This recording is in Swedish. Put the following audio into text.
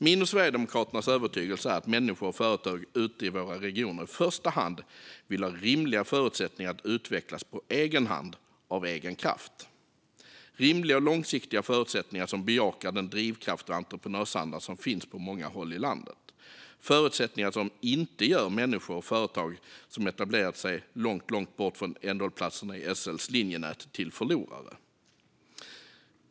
Min och Sverigedemokraternas övertygelse är att människor och företag ute i våra regioner i första hand vill ha rimliga förutsättningar att utvecklas på egen hand och av egen kraft. Det ska vara rimliga och långsiktiga förutsättningar som bejakar den drivkraft och entreprenörsanda som finns på många håll i landet - förutsättningar som inte gör människor och företag som etablerat sig långt från ändhållplatserna i SL:s linjenät till förlorare.